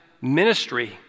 ministry